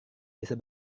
bisa